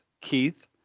Keith